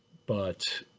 but